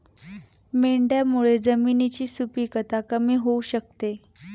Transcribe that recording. मेंढ्यांमुळे जमिनीची सुपीकता कमी होऊ शकते